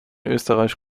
österreich